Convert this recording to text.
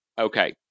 Okay